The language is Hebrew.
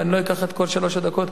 ואני לא אקח את כל שלוש הדקות,